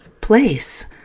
place